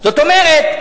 זאת אומרת,